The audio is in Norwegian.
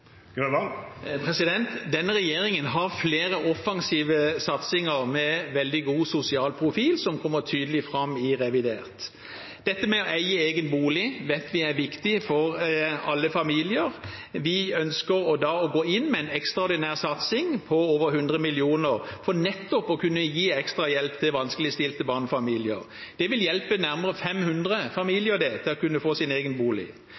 regjeringen har flere offensive satsinger med veldig god sosial profil, noe som kommer tydelig fram i revidert budsjett. Det å eie egen bolig vet vi er viktig for alle familier. Vi ønsker å gå inn med en ekstraordinær satsing på over 100 mill. kr for nettopp å kunne gi ekstra hjelp til vanskeligstilte barnefamilier. Det vil hjelpe nærmere 500 familier til å kunne få sin egen bolig.